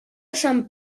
sant